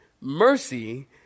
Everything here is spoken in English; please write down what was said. Mercy